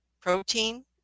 protein